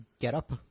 get-up